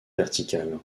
verticale